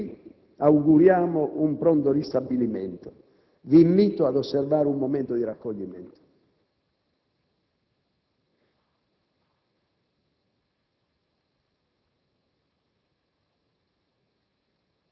ai militari italiani feriti auguriamo un pronto ristabilimento. Vi invito ad osservare un momento di raccoglimento.